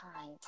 time